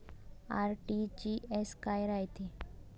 RTGS काय रायते?